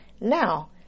Now